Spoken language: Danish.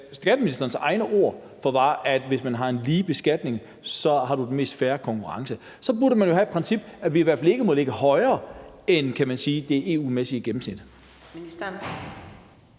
skatteministerens egne ord om, at hvis man har en lige beskatning, har man den mest fair konkurrence, for gode varer. Så burde man jo have et princip om, at vi i hvert fald ikke må ligge højere end, kan man sige, det EU-mæssige gennemsnit. Kl.